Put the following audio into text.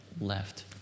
left